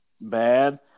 bad